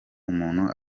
umuntu